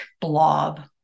blob